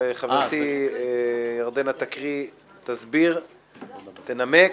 חברתי ירדנה תסביר, תנמק,